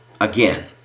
Again